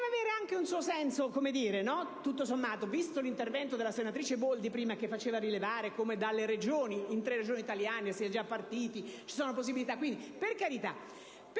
poteva avere anche un suo senso, visto l'intervento della senatrice Boldi che faceva prima rilevare come dalle Regioni, in tre Regioni si è già partiti, ci sono possibilità.